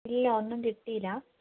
ഇല്ല ഒന്നും കിട്ടിയില്ല